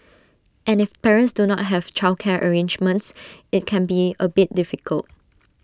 and if parents do not have childcare arrangements IT can be A bit difficult